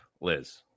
Liz